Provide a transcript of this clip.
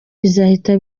bizahita